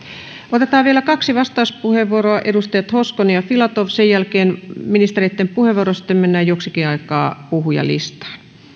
otetaan vielä kaksi vastauspuheenvuoroa edustajat hoskonen ja filatov sen jälkeen ministereitten puheenvuorot ja sitten mennään joksikin aikaa puhujalistaan